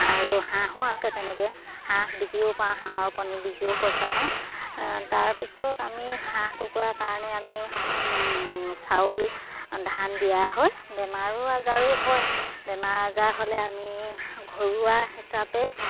আৰু হাঁহো আছে তেনেকে হাঁহ বিকিও পাওঁ হাঁহৰ কণী বিকিও পইচা পাওঁ তাৰপিছত আমি হাঁহ কুকুৰা কাৰণে আমি চাউল ধান দিয়া হয় বেমাৰো আজাৰো হয় বেমাৰ আজাৰ হ'লে আমি ঘৰুৱা হিচাপে